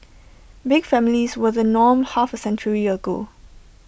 big families were the norm half A century ago